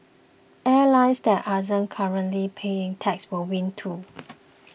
airlines that aren't currently paying taxes will win too